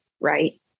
Right